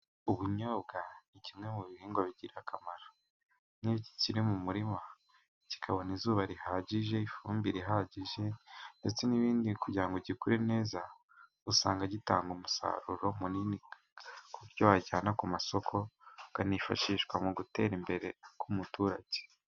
Ubunyobwa ni kimwe mu bihingwa bigira akamaro. Nk'iyo kiriri mu murima kikabona izuba rihagije, ifumbire ihagije ndetse n'ibindi, kugira ngo gikure neza, usanga gitanga umusaruro munini ku buryo wajyana ku masoko, hakanifashishwa mu gutera imbere k'umuturage.